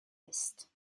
est